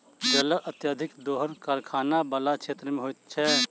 जलक अत्यधिक दोहन कारखाना बला क्षेत्र मे होइत छै